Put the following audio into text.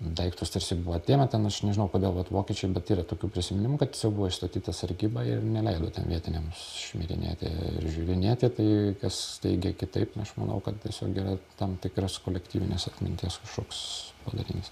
daiktus tarsi buvo atėmę ten aš nežinau kodėl kad vokiečiai bet yra tokių prisiminimų kad jis jau buvo išstatyta sargyba ir neleido ten vietiniams šmirinėti ir žiūrinėti tai kas teigia kitaip aš manau kad tiesiog yra tam tikras kolektyvinės atminties kažkoks podarinys